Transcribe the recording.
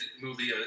movie